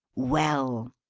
well!